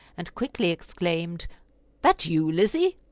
and quickly exclaimed that you, lizzie!